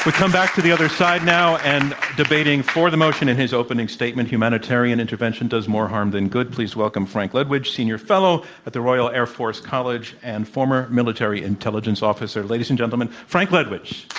come back to the other side now. and debating for the motion in his opening statement humanitarian intervention does more harm than good please welcome frank ledwidge, senior fellow at the royal air force college and former military intelligence officer. ladies and gentlemen, frank ledwidge.